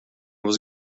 was